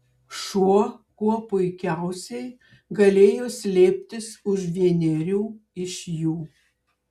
šuo kuo puikiausiai galėjo slėptis už vienerių iš jų